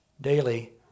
daily